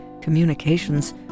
communications